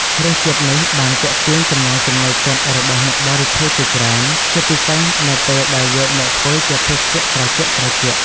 រសជាតិនេះបានទាក់ទាញចំណង់ចំណូលចិត្តរបស់អ្នកបរិភោគជាច្រើន ជាពិសេសនៅពេលដែលយកមកធ្វើជាភេសជ្ជៈត្រជាក់ៗ។